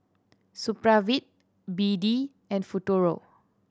Supravit B D and Futuro